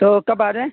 تو کب آ جائیں